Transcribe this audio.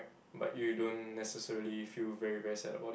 but you don't necessarily feel very very sad about it